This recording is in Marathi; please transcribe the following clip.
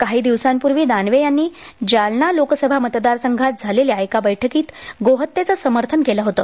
काही दिवसांपूर्वी दानवे यांनी जालना लोकसभा मतदार संघात झालेल्या एका बैठकीत गोहत्येचे समर्थन केले होते